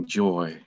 joy